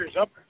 up